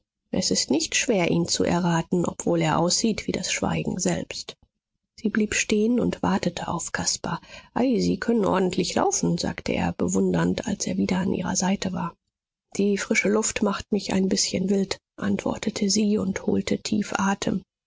es ist nicht schwer ihn zu erraten obwohl er aussieht wie das schweigen selbst sie blieb stehen und wartete auf caspar ei sie können ordentlich laufen sagte er bewundernd als er wieder an ihrer seite war die frische luft macht mich ein bißchen wild antwortete sie und holte tief atem